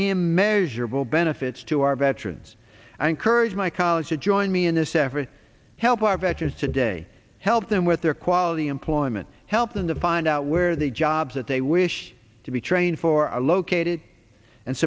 any measurable benefits to our veterans i encourage my college to join me in this effort to help our veterans today help them with their quality employment help them to find out where the jobs that they wish to be trained for a located and